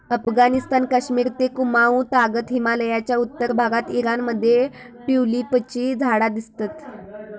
अफगणिस्तान, कश्मिर ते कुँमाउ तागत हिमलयाच्या उत्तर भागात ईराण मध्ये ट्युलिपची झाडा दिसतत